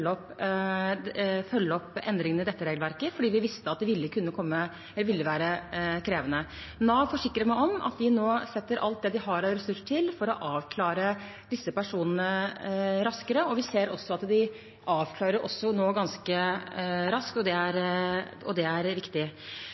opp endringene i dette regelverket, fordi vi visste at det ville være krevende. Nav forsikrer meg om at de nå setter inn alt de har av ressurser for å avklare disse personene raskere, og vi ser også at de nå avklarer ganske raskt, og det er viktig. Det